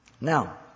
Now